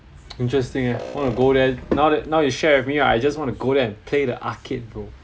interesting eh wanna go there now that now you share with me right I just want to go there and play the arcade bro